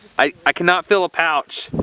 i cannot feel a pouch.